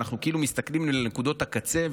ואנחנו כאילו מסתכלים לנקודות הקצה,